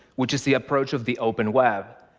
which is the approach of the open web.